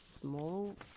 small